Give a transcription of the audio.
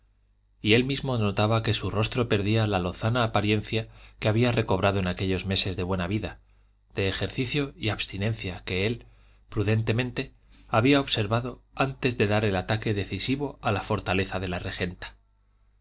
y él mismo notaba que su rostro perdía la lozana apariencia que había recobrado en aquellos meses de buena vida de ejercicio y abstinencia que él prudentemente había observado antes de dar el ataque decisivo a la fortaleza de la regenta